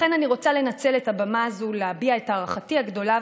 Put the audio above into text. לכן אני רוצה לנצל את הבמה הזו ולהביע את הערכתי הגדולה